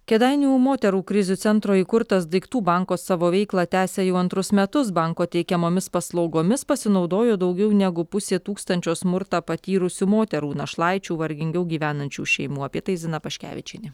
kėdainių moterų krizių centro įkurtas daiktų banko savo veiklą tęsia jau antrus metus banko teikiamomis paslaugomis pasinaudojo daugiau negu pusė tūkstančio smurtą patyrusių moterų našlaičių vargingiau gyvenančių šeimų apie tai zina paškevičienė